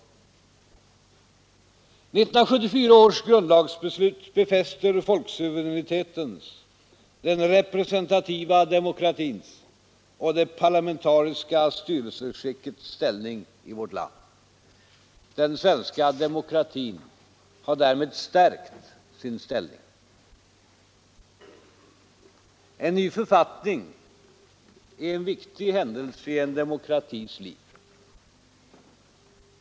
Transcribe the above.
1974 års grundlagsbeslut befäster folksuveränitetens, den representativa demokratins och det parlamentariska styrelseskickets ställning i vårt land. Den svenska demokratin har därmed stärkt sin ställning. En ny författning är en viktig händelse i en demokratis liv.